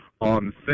on